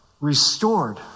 Restored